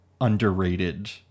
underrated